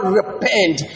repent